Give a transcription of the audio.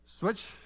Switch